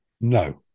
No